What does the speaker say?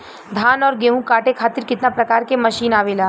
धान और गेहूँ कांटे खातीर कितना प्रकार के मशीन आवेला?